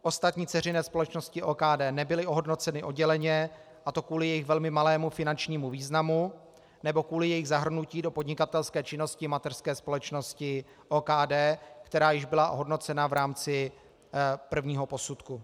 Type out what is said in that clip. Ostatní dceřiné společnosti OKD nebyly ohodnoceny odděleně, a to kvůli jejich velmi malému finančnímu významu nebo kvůli jejich zahrnutí do podnikatelské činnosti mateřské společnosti OKD, která již byla hodnocena v rámci prvního posudku.